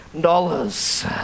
dollars